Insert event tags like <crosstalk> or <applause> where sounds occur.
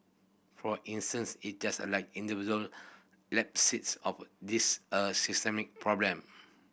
for instance it just a like individual <unintelligible> this a systemic problem